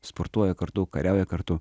sportuoja kartu kariauja kartu